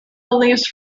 leaves